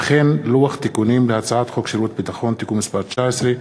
וכן לוח תיקונים להצעת חוק שירות ביטחון (תיקון מס' 19),